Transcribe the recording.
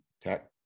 tech